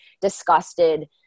disgusted